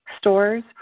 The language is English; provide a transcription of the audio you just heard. stores